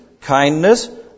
kindness